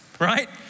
right